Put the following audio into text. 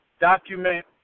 document